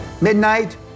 midnight